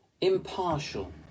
impartial